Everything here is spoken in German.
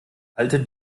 alte